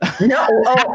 No